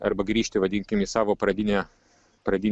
arba grįžti vadinkim į savo pradinę